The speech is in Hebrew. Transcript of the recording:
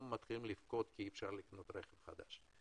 מתחילים לבכות שאי אפשר לקנות רכב חדש.